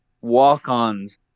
walk-ons